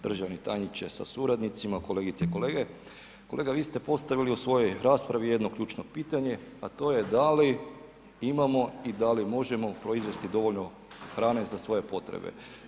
Državni tajniče sa suradnicima, kolegice i kolege, kolega vi ste postavili u svojoj raspravi jedno ključno pitanje, a to je da li imamo i da li možemo proizvesti dovoljno hrane za svoje potrebe?